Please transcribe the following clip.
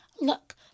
look